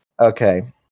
Okay